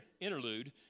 interlude